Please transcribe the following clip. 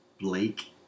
Blake